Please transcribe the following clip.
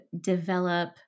develop